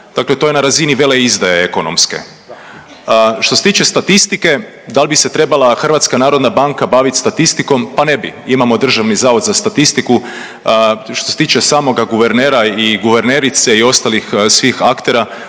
Dakle, to je na razini veleizdaje ekonomske. Što se tiče statistike, da li bi se trebala HNB baviti statistikom, pa ne bi. Imamo Državni zavod za statistiku. Što se tiče samoga guvernera i guvernerice i ostalih svih aktera